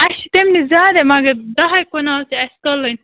اَسہِ چھِ تَمہِ نِش زیادَے مگر دَہے کنال چھِ اَسہِ تُلٕنۍ